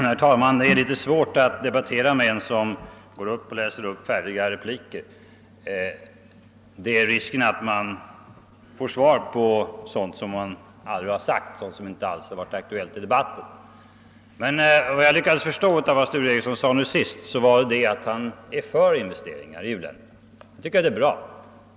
Herr talman! Det är litet svårt att debattera med en som går upp i talarstolen och läser upp färdiga repliker. Risken är att man får svar på sådant som man aldrig har frågat om och som inte har varit aktuellt i debatten. Men vad jag lyckades förstå av Sture Ericsons senåste inlägg var att han är för investeringar i u-länderna och tycker att de är bra.